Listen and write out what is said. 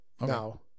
No